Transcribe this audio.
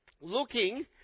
looking